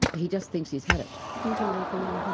he just thinks he's had it. you can leave him in the home?